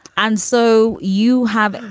and so you have.